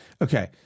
Okay